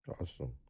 Awesome